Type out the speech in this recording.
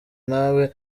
ntawe